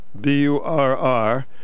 B-U-R-R